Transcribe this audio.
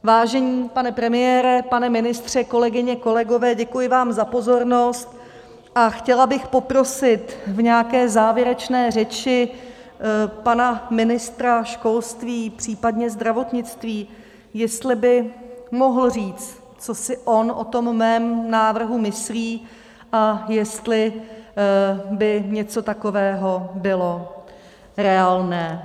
Vážený pane premiére, pane ministře, kolegyně, kolegové, děkuji vám za pozornost a chtěla bych poprosit v nějaké závěrečné řeči pana ministra školství, případně zdravotnictví, jestli by mohl říct, co si on o tom mém návrhu myslí a jestli by něco takového bylo reálné.